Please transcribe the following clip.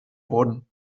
wurden